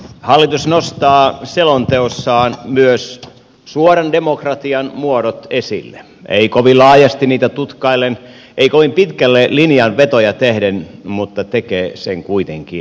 hallitus nostaa selonteossaan myös suoran demokratian muodot esille ei kovin laajasti niitä tutkaillen ei kovin pitkälle linjanvetoja tehden mutta tekee sen kuitenkin